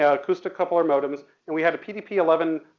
yeah acoustic coupler modems and we had a pdp eleven,